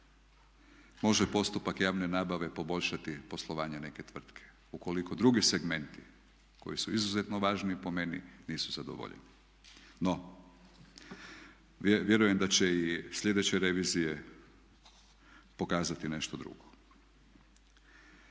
može postupak javne nabave poboljšati poslovanje neke tvrtke ukoliko drugi segmenti koji su izuzetno važni po meni nisu zadovoljili. No, vjerujem da će i sljedeće revizije pokazati nešto drugo.